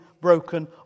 broken